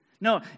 No